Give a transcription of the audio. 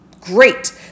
great